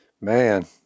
Man